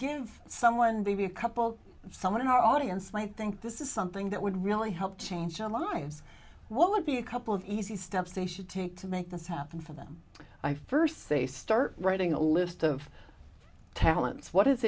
give someone be a couple someone in our audience might think this is something that would really help change our minds well of the a couple of easy steps they should take to make this happen for them i first say start writing a list of talents what is